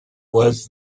was